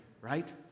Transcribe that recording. right